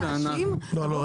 לבוא ולהאשים - מוזר.